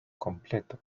completo